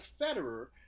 Federer